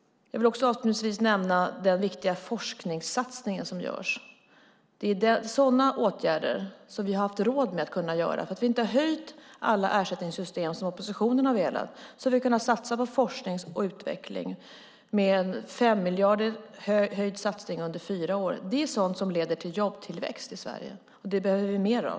Jag vill avslutningsvis nämna den viktiga forskningssatsning som görs. Det är sådana åtgärder som vi har haft råd att vidta. Eftersom vi inte har höjt alla ersättningssystem som oppositionen har velat har vi kunnat satsa på forskning och utveckling. Det är en ökad satsning, med 5 miljarder, under fyra år. Det är sådant som leder till jobbtillväxt i Sverige, och det behöver vi mer av.